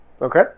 Okay